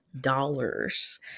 dollars